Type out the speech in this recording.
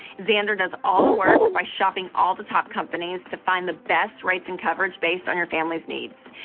zander does all the work by shopping all the top companies to find the best rates and coverage based on your family's needs.